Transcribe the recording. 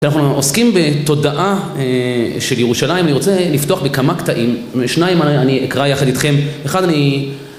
אנחנו עוסקים בתודעה של ירושלים, אני רוצה לפתוח בכמה קטעים שניים אני אקרא יחד איתכם. אחד אני...